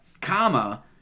Comma